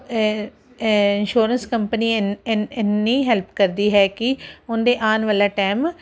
insurance company ਐਨ ਐਨੀ help ਕਰਦੀ ਹੈ ਕਿ ਉਹਦੇ ਆਉਣ ਵਾਲਾ ਟਾਈਮ